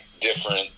different